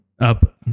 up